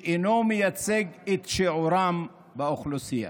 שאינו מייצג את שיעורם באוכלוסייה.